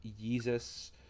Jesus